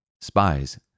Spies